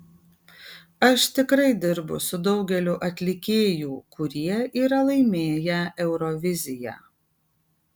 aš tikrai dirbu su daugeliu atlikėjų kurie yra laimėję euroviziją